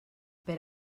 per